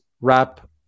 wrap